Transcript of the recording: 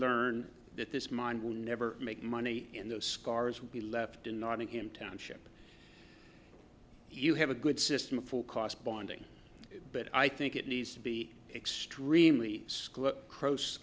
learn that this mine will never make money and those scars will be left in nottingham township you have a good system for cost bonding but i think it needs to be extremely crows